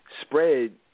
spread